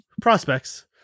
prospects